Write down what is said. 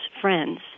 friends